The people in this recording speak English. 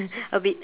a bit